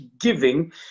giving